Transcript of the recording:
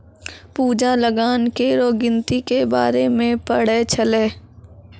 पूजा लगान केरो गिनती के बारे मे पढ़ै छलै